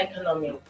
Economy